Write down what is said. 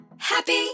Happy